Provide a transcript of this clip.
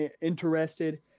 interested